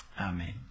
Amen